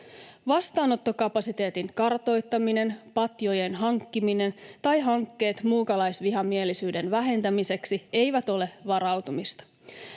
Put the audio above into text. Vastaanottokapasiteetin kartoittaminen, patjojen hankkiminen tai hankkeet muukalaisvihamielisyyden vähentämiseksi eivät ole varautumista.